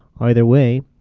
either way,